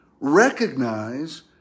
recognize